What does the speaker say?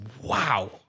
wow